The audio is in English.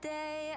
day